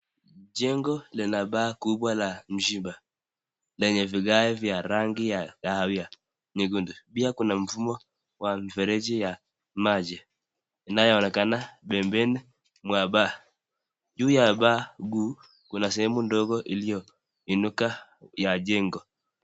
Jengo lina baa kubwa la mshiba lenye vigae vya rangi ya kahawia. Pia kuna mfumo wa mfereji ya maji. Inayoonekana bembani mwa baa. Juu ya baa ghu kuna sehemu ndogo iliyoinuka ya jengo.